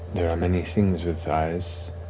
there are many things with eyes.